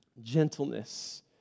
gentleness